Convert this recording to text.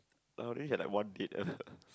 I only like had one date I heard